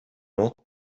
autre